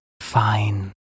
Fine